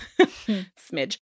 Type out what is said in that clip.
smidge